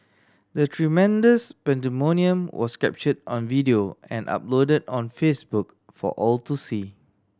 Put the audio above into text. the tremendous pandemonium was captured on video and uploaded on Facebook for all to see